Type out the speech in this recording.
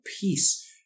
peace